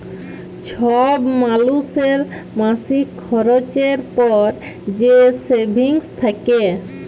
ছব মালুসের মাসিক খরচের পর যে সেভিংস থ্যাকে